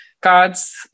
gods